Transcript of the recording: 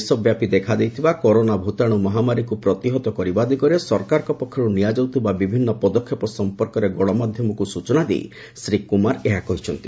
ଦେଶବ୍ୟାପୀ ଦେଖାଦେଇଥିବା କରୋନା ଭୂତାଣୁ ମହାମାରୀକୁ ପ୍ରତିହତ କରିବା ଦିଗରେ ସରକାରଙ୍କ ପକ୍ଷରୁ ନିଆଯାଉଥିବା ବିଭିନ୍ନ ପଦକ୍ଷେପ ସଂପର୍କରେ ଗଣମାଧ୍ୟମକୁ ସ୍ଟୁଚନା ଦେଇ ଶ୍ରୀ କୁମାର ଏହା କହିଛନ୍ତି